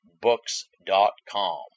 books.com